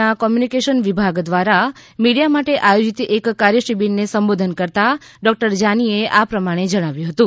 ના કોમ્યુનિકેશન વિભાગ દ્વારા મીડિયા માટે આયોજિત એક કાર્ય શિબિરને સંબોધન કરતાં ડૉક્ટર જાની એ આ પ્રમાણે જણાવ્યું હતું